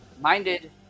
minded